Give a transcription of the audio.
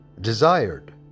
Desired